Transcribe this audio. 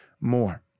more